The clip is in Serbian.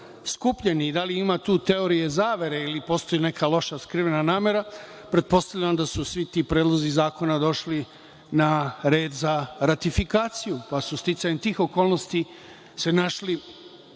skupljeni i da li ima tu teorije zavere, ili postoji neka loša skrivena namera? Pretpostavljam da su svi ti predlozi zakona došli na red za ratifikaciju, pa su sticajem tih okolnosti se našli